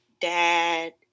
dad